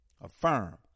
affirm